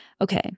Okay